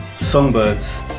songbirds